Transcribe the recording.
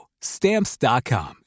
Stamps.com